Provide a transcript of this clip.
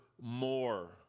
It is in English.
more